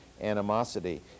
animosity